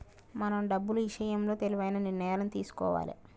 మనం డబ్బులు ఇషయంలో తెలివైన నిర్ణయాలను తీసుకోవాలే